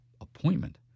appointment